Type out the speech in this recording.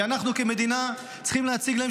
כי אנחנו כמדינה צריכים להציג להם